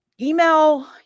Email